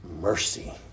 mercy